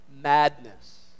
Madness